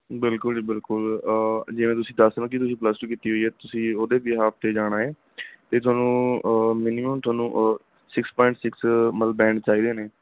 ਬਿਲਕੁਲ ਜੀ ਬਿਲਕੁਲ ਜਿਵੇਂ ਤੁਸੀਂ ਦੱਸ ਰਹੇ ਹੋ ਕਿ ਤੁਸੀਂ ਪਲੱਸ ਟੂ ਕੀਤੀ ਹੋਈ ਹੈ ਤੁਸੀਂ ਉਹਦੇ ਬਿਹਾਫ 'ਤੇ ਜਾਣਾ ਹੈ ਅਤੇ ਤੁਹਾਨੂੰ ਮਿਨੀਮਮ ਤੁਹਾਨੂੰ ਸਿਕਸ ਪੁਆਇੰਟ ਸਿਕਸ ਮਤਲਬ ਬੈਂਡ ਚਾਹੀਦੇ ਨੇ